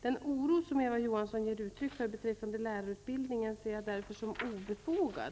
Den oro som Eva Johansson ger uttryck för beträffande lärarutbildningen ser jag därför som obefogad.